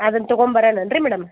ಅದನ್ನ ತೊಗೊಂಬರೋನನ್ರೀ ಮೇಡಮ್